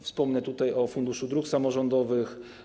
Wspomnę tutaj o Funduszu Dróg Samorządowych.